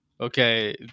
Okay